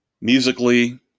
Musically